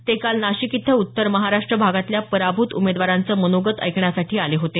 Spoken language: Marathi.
ते काल नाशिक इथं उत्तर महाराष्ट्र भागातल्या पराभूत उमेदवारांचं मनोगत ऐकण्यासाठी आले होते